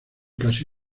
casi